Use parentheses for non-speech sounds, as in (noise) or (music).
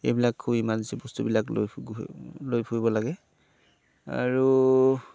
এইবিলাক খুব ইমাৰজেঞ্চি বস্তুবিলাক লৈ (unintelligible) লৈ ফুৰিব লাগে আৰু